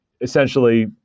essentially